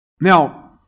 Now